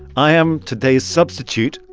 i am today's substitute,